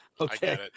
Okay